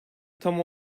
tam